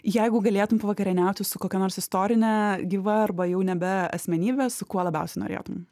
jeigu galėtum pavakarieniauti su kokia nors istorine gyva arba jau nebe asmenybe su kuo labiausiai norėtum